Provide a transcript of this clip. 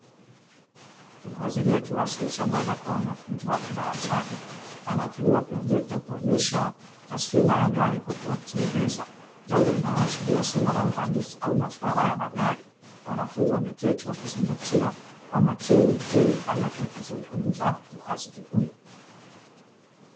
Mhadhiri akiwasilisha mada kwa wanafunzi wake darasani anatumia projekta kuonyesha taswira ya gari, huku akieleza jambo linaloashiria somo la uhandisi au maswala ya magari, wanafunzi wameketi wakizingatia kwa makini kile anachokizungumza mhadhiri huyo.